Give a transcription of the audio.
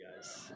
guys